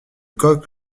coq